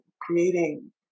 Creating